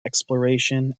exploration